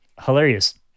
hilarious